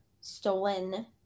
stolen